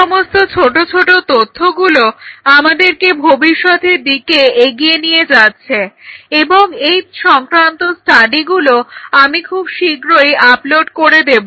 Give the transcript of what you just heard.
এই সমস্ত ছোট ছোট তথ্যগুলো আমাদেরকে ভবিষ্যতের দিকে এগিয়ে নিয়ে যাচ্ছে এবং এই সংক্রান্ত স্টাডিগুলো আমি খুব শীঘ্রই আপলোড করে দেব